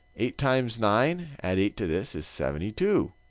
eight times nine, add eight to this, is seventy two.